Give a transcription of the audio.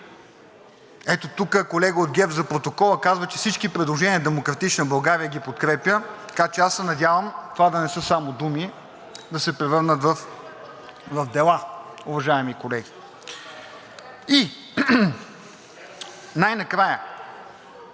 Ето тук колега от ГЕРБ – за протокола – казва, че всички предложения на „Демократична България“ ги подкрепя, така че аз се надявам това да не са само думи – да се превърнат в дела, уважаеми колеги. Най-накрая,